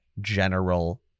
general